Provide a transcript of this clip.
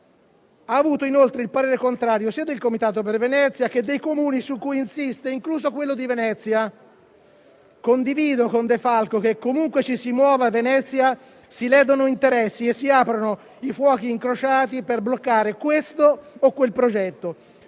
Ha avuto inoltre il parere contrario sia del comitato per Venezia sia dei Comuni su cui insiste, incluso quello di Venezia. Condivido con De Falco che, comunque ci si muova a Venezia, si ledono interessi e si aprono i fuochi incrociati per bloccare questo o quel progetto.